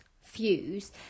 fuse